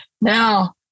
Now